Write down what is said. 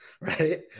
right